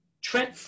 Trent